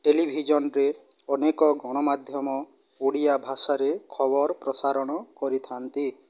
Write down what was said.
ଟେଲିଭିଜନରେ ଅନେକ ଗଣମାଧ୍ୟମ ଓଡ଼ିଆ ଭାଷାରେ ଖବର ପ୍ରସାରଣ କରିଥାନ୍ତି